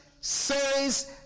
says